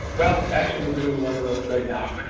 well actually we're doing one of those right now.